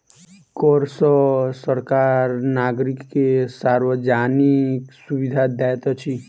कर सॅ सरकार नागरिक के सार्वजानिक सुविधा दैत अछि